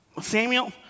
Samuel